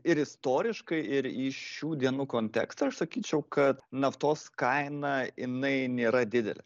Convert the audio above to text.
ir istoriškai ir į šių dienų kontekstą aš sakyčiau kad naftos kaina jinai nėra didelė